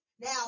Now